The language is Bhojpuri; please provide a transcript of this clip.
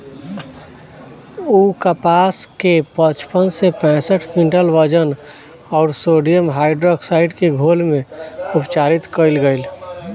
उ कपास के पचपन से पैसठ क्विंटल वजन अउर सोडियम हाइड्रोऑक्साइड के घोल में उपचारित कइल गइल